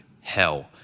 hell